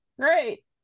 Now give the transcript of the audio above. Great